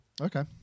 Okay